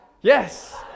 Yes